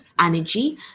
energy